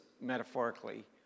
metaphorically